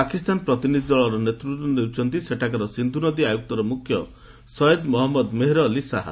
ପାକିସ୍ତାନ ପ୍ରତିନିଧି ଦଳର ନେତୃତ୍ୱ ନେଉଛନ୍ତି ସେଠାକାର ସିନ୍ଧୁ ନଦୀ ଆୟୁକ୍ତର ମୁଖ୍ୟ ସୟେଦ ମହମ୍ମଦ ମେହେର ଅଲ୍ଲୀ ସାହା